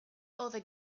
other